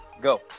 Go